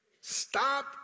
stop